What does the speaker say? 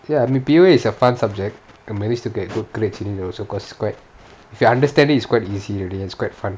ya I mean P_O_A is a fun subject I managed to get good grades in it also secondary it's quite if you understand it it's quite easy already and it's quite fun